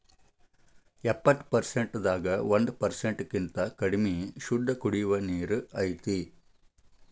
ಎಪ್ಪತ್ತು ಪರಸೆಂಟ್ ದಾಗ ಒಂದ ಪರಸೆಂಟ್ ಕಿಂತ ಕಡಮಿ ಶುದ್ದ ಕುಡಿಯು ನೇರ ಐತಿ